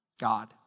God